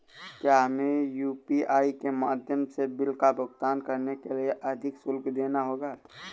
क्या हमें यू.पी.आई के माध्यम से बिल का भुगतान करने के लिए अधिक शुल्क देना होगा?